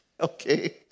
Okay